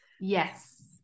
Yes